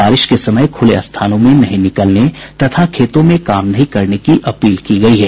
बारिश के समय खुले स्थानों में नहीं निकलने तथा खेतों में काम नहीं करने की अपील की गयी है